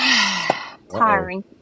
Tiring